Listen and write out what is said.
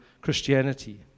Christianity